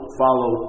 follow